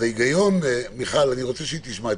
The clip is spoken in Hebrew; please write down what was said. ההיגיון היה צריך להיות